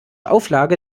auflage